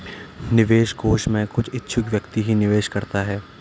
निवेश कोष में कुछ इच्छुक व्यक्ति ही निवेश करता है